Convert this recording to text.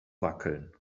wackeln